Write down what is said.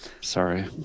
Sorry